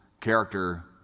character